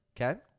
Okay